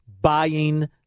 buying